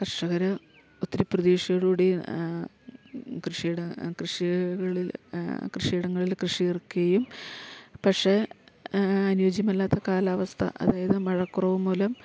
കർഷകർ ഒത്തിരി പ്രതീക്ഷയോടു കൂടി കൃഷിയിട കൃഷികളിൽ കൃഷിയിടങ്ങളിൽ കൃഷി ഇറക്കുകയും പക്ഷേ അനുയോജ്യമല്ലാത്ത കാലാവസ്ഥ അതായത് മഴക്കുറവ് മൂലം